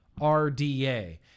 RDA